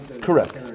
Correct